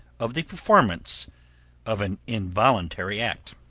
of the performance of an involuntary act.